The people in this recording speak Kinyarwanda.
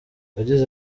yagize